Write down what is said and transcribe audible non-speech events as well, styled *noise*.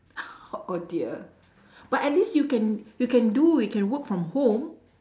*laughs* oh dear *breath* but at least you can you can do you can work from home